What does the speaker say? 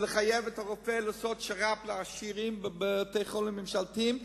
ולחייב את הרופא לעשות שר"פ לעשירים בבתי-חולים ממשלתיים,